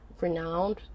renowned